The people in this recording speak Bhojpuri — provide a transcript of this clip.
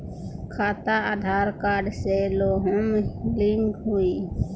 खाता आधार कार्ड से लेहम लिंक होई?